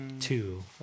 two